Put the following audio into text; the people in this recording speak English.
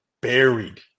buried